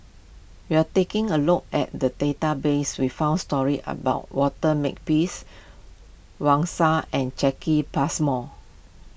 you are taking a look at the database we found stories about Walter Makepeace Wang Sha and Jacki Passmore